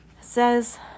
Says